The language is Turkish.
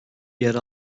yer